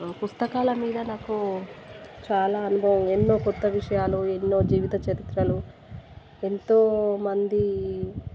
పుస్తకాల మీద నాకు చాలా అనుభవం ఎన్నో కొత్త విషయాలు ఎన్నో జీవిత చరిత్రలు ఎంతో మంది